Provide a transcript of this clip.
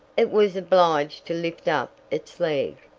it was obliged to lift up its leg.